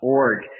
org